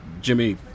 Jimmy